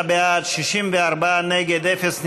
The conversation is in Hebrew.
49 בעד, 64 נגד, אפס נמנעים.